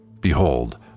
Behold